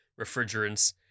refrigerants